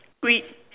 green